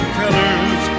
colors